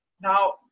Now